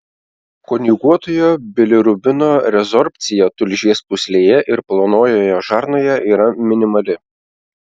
konjuguotojo bilirubino rezorbcija tulžies pūslėje ir plonojoje žarnoje yra minimali